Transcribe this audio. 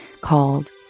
called